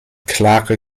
klare